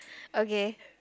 okay